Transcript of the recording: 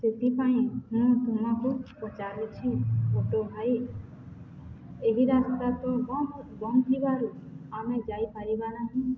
ସେଥିପାଇଁ ମୁଁ ତୁମକୁୁ ପଚାରୁଛି ଅଟୋ ଭାଇ ଏହି ରାସ୍ତା ତ ବଧ ବନ୍ଦଥିବାରୁ ଆମେ ଯାଇପାରିବା ନାହିଁ